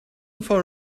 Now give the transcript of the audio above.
looking